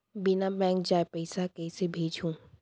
बिना बैंक जाये पइसा कइसे भेजहूँ?